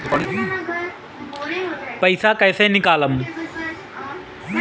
पैसा कैसे निकालम?